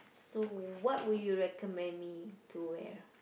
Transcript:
so what would you recommend me to where